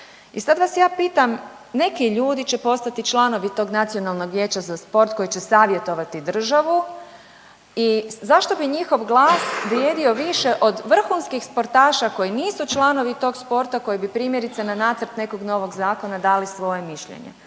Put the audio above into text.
i sad vas ja pitam, neki ljudi će postati članovi tog Nacionalnog vijeća za sport koji će savjetovati državu i zašto bi njihov glas vrijedio više od vrhunskih sportaša koji nisu članovi tog sporta, kojeg bi primjerice, na nacrt nekog novog zakona dali svoje mišljenje.